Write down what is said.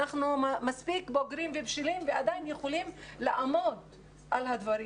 אנחנו מספיק בוגרים ובשלים ועדיין יכולים לעמוד על הדברים,